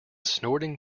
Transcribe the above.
snorting